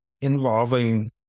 involving